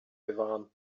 bewahren